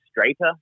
straighter